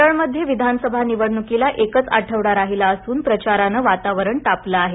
केरळमध्ये विधानसभा निवडणुकीला एकच आठवडा राहिला असून प्रचारानं वातावरण तापलं आहे